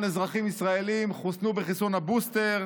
אזרחים ישראלים חוסנו בחיסון הבוסטר,